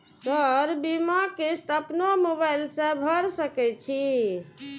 Sir बीमा किस्त अपनो मोबाईल से भर सके छी?